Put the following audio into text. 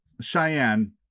Cheyenne